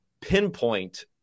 pinpoint